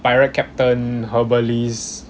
pirate captain herbalis